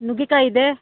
ನುಗ್ಗೆಕಾಯಿ ಇದೆ